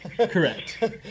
Correct